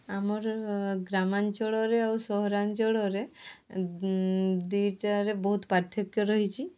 ଆମର ଗ୍ରାମାଞ୍ଚଳରେ ଆଉ ସହରାଞ୍ଚଳରେ ଦୁଇଟାରେ ବହୁତ ପାର୍ଥକ୍ୟ ରହିଛି